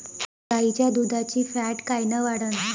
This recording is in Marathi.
गाईच्या दुधाची फॅट कायन वाढन?